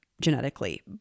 genetically